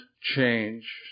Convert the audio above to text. change